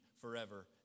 forever